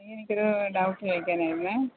എനിക്കൊരു ഡൗട്ട് ചോദിക്കാനായിരുന്നു